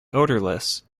odorless